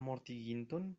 mortiginton